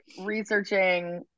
researching